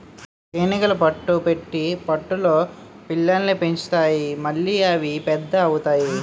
తేనీగలు పట్టు పెట్టి పట్టులో పిల్లల్ని పెంచుతాయి మళ్లీ అవి పెద్ద అవుతాయి